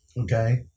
Okay